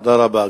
תודה רבה.